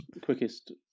quickest